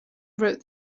wrote